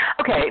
Okay